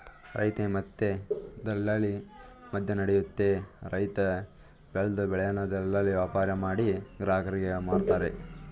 ರೈತ ಮತ್ತೆ ದಲ್ಲಾಳಿ ಮದ್ಯನಡಿಯುತ್ತೆ ರೈತ ಬೆಲ್ದ್ ಬೆಳೆನ ದಲ್ಲಾಳಿ ವ್ಯಾಪಾರಮಾಡಿ ಗ್ರಾಹಕರಿಗೆ ಮಾರ್ತರೆ